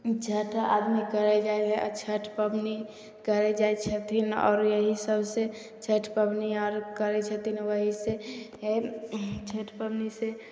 छठि आदमी करै जाइ हइ आओर छठि पबनी करै जाइ छथिन आओर यहीँ सबसे छठि पबनी आर करै छथिन ओहिसे छठि पबनीसे